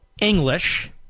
English